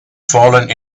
fallen